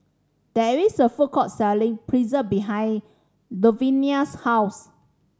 there is a food court selling Pretzel behind Luvinia's house